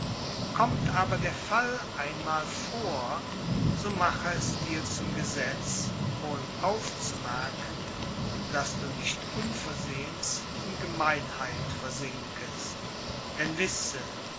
kommt aber der fall einmal vor so mache es dir zum gesetz wohl aufzumerken daß du nicht unversehens in gemeinheit versinkest denn wisse